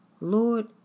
Lord